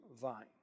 vine